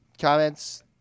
comments